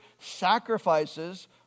sacrifices